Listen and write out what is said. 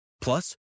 Plus